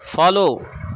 follow